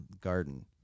garden